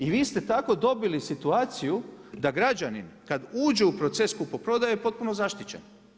I vi ste tako dobili situaciju da građani kad uđu u proces kupoprodaje je potpuno zaštićen.